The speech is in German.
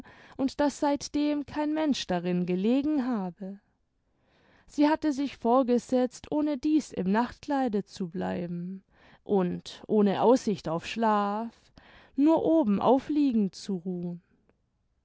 und daß seitdem kein mensch darin gelegen habe sie hatte sich vorgesetzt ohnedieß im nachtkleide zu bleiben und ohne aussicht auf schlaf nur oben auf liegend zu ruhen